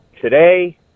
today